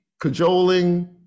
cajoling